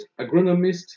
agronomist